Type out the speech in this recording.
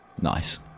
Nice